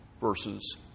versus